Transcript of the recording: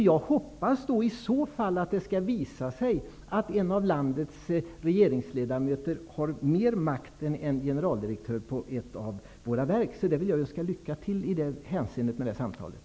Jag hoppas att det skall visa sig att en av landets regeringsledamöter har mera makt än vad generaldirektören vid ett av våra verk har. Lycka till i det samtal som skall föras!